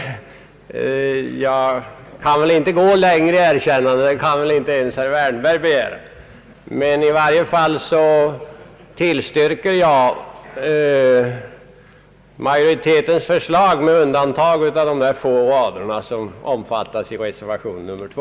Jag kan väl inte gå längre i erkännande, det kan väl inte ens herr Wärnberg begära. I varje fall tillstyrker jag majoritetens förslag med undantag av de där få raderna som innefattas i reservation 2.